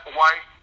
white